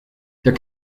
their